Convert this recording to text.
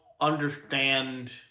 understand